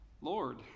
Lord